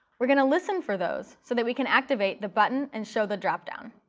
we're going to listen for those so that we can activate the button and show the drop-down.